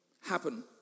happen